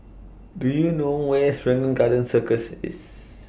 Do YOU know Where IS Serangoon Garden Circus IS